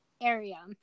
area